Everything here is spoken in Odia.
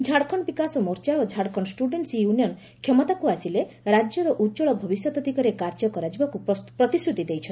ଝାଡ଼ଖଣ୍ଡ ବିକାଶ ମୋର୍ଚ୍ଚା ଓ ଝାଡ଼ଖଣ୍ଡ ଷ୍ଟୁଡେଣ୍ଟ୍ସ ୟୁନିୟନ୍ କ୍ଷମତାକୁ ଆସିଲେ ରାଜ୍ୟର ଉଜ୍ଜଳ ଭବିଷ୍ୟତ ଦିଗରେ କାର୍ଯ୍ୟ କରିବାକୁ ପ୍ରତିଶ୍ରୁତି ଦେଇଛନ୍ତି